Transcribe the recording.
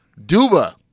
Duba